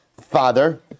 Father